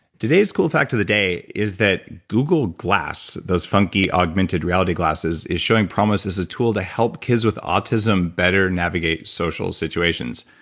today's cool fact of the day is that google glass, those funky, augmented reality glasses is showing promise as a tool that help kids with autism better navigate social situations.